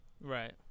Right